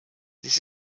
this